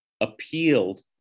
appealed